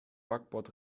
backbord